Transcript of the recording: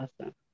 Awesome